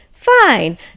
Fine